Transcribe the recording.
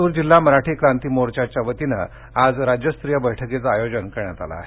लातूर जिल्हा मराठा क्रांती मोर्चाच्या वतीनं आज राज्यस्तरीय बैठकीचं आयोजन करण्यात आलं आहे